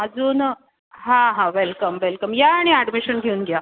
अजून हां हां वेलकम वेलकम या आणि अॅडमिशन घेऊन घ्या